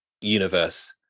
universe